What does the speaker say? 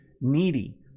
needy